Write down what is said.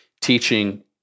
teaching